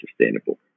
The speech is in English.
sustainable